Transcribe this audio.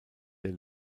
der